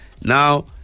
Now